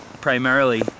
primarily